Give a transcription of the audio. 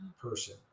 person